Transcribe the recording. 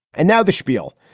and now the schpiel,